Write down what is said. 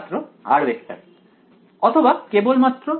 ছাত্র অথবা কেবলমাত্র